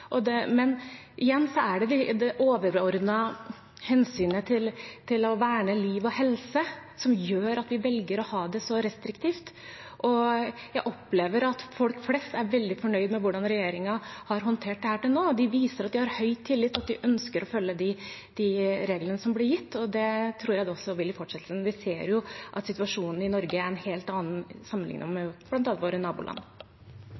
helse som gjør at vi velger å ha det så restriktivt. Jeg opplever at folk flest er veldig fornøyd med hvordan regjeringen har håndtert dette til nå, og de viser at de har høy tillit, og at de ønsker å følge de reglene som blir gitt, og det tror jeg de også vil gjøre i fortsettelsen. Men vi ser jo at situasjonen i Norge er en helt annen sammenlignet med bl.a. våre naboland.